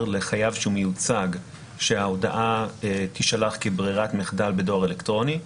לחייב מיוצג שההודעה תישלח כברירת מחדל בדואר אלקטרוני,